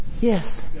yes